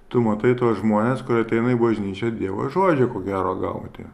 tu matai tuos žmones kurie ateina į bažnyčią dievo žodžio ko gero gauti